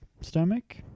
stomach